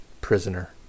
prisoner